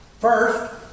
first